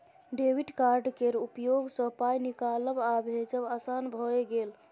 debit card केर उपयोगसँ पाय निकालब आ भेजब आसान भए गेल